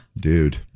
dude